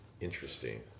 interesting